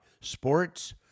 Sports